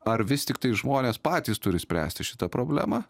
ar vis tiktai žmonės patys turi spręsti šitą problemą